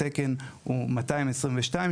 התקן הוא 222,